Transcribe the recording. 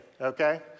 okay